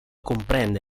comprende